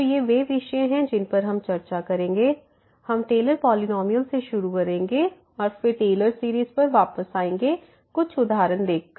तो ये वे विषय हैं जिन पर हम चर्चा करेंगे हम टेलर पॉलिनॉमियल से शुरू करेंगे और फिर टेलर सीरीज़ पर वापस आएंगे कुछ उदाहरण देख कर